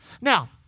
Now